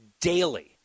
daily